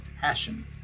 passion